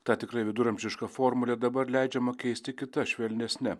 ta tikrai viduramžiška formulė dabar leidžiama keisti kita švelnesne